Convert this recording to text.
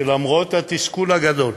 שלמרות התסכול הגדול,